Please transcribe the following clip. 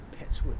Petswood